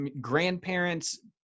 grandparents